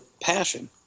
passion